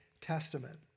Testament